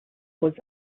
was